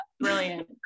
Brilliant